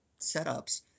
setups